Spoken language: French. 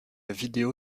vidéo